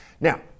Now